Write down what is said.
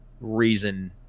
reason